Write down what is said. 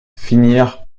finir